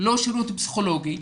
לא שירות פסיכולוגי,